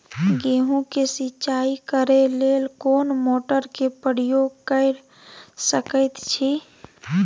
गेहूं के सिंचाई करे लेल कोन मोटर के प्रयोग कैर सकेत छी?